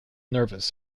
nervous